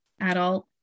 adult